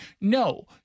No